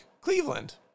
Cleveland